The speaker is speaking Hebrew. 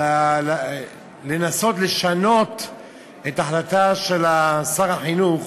לנסות לשנות את ההחלטה של שר החינוך,